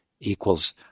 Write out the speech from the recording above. equals